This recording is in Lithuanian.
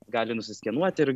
gali nusiskenuoti ir